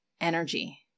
energy